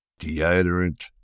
Deodorant